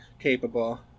capable